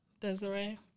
Desiree